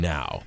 Now